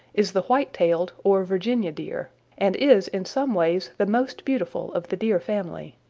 is the white-tailed or virginia deer, and is in some ways the most beautiful of the deer family.